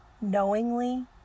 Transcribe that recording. knowingly